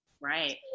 right